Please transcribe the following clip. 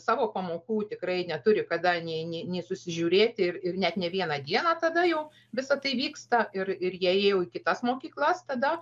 savo pamokų tikrai neturi kada nei nei nei susižiūrėti ir ir net ne vieną dieną tada jau visa tai vyksta ir ir jie jau į kitas mokyklas tada